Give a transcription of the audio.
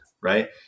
Right